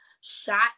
shot